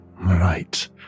Right